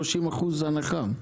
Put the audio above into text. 30% הנחה,